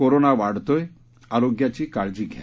corona वाढतोय आरोग्याची काळजी घ्या